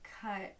cut